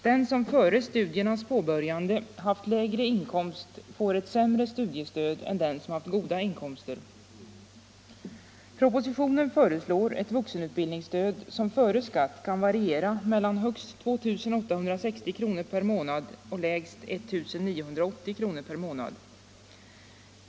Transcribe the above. Den som före studiernas påbörjande haft lägre inkomst får ett sämre studiestöd än den som haft goda inkomster. I propositionen föreslås ett vuxenutbildningsstöd som före skatt kan variera mellan högst 2 860 kr. per månad och lägst 1 980 kr. per månad.